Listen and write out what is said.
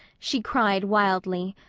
she cried, wildly.